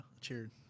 cheered